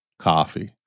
coffee